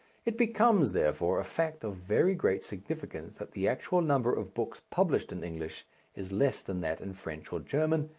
it becomes, therefore, a fact of very great significance that the actual number of books published in english is less than that in french or german,